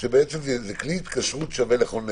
שזה כלי התקשרות שווה לכל נפש,